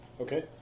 Okay